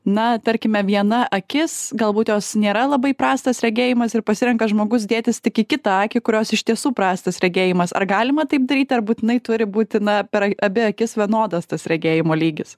na tarkime viena akis galbūt jos nėra labai prastas regėjimas ir pasirenka žmogus dėtis tik į kitą akį kurios iš tiesų prastas regėjimas ar galima taip daryti ar būtinai turi būti na per abi akis vienodas tas regėjimo lygis